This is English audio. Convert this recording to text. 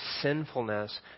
sinfulness